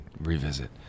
Revisit